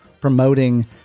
promoting